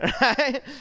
right